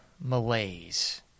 malaise